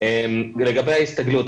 לגבי ההסתגלות,